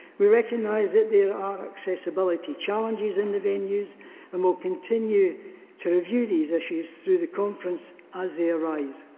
we recognise that there are accessibility challenges in the venues and will continue to review these issues through the conference as they arise.